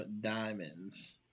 Diamonds